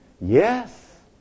Yes